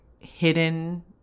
hidden